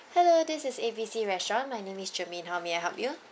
hello this is A B C restaurant my name is germaine how may I help you